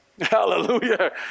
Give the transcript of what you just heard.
Hallelujah